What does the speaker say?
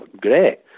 great